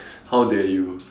how dare you